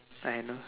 I know